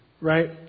right